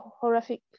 horrific